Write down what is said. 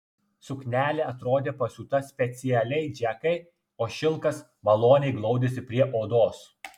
suknelė atrodė pasiūta specialiai džekai o šilkas maloniai glaudėsi prie odos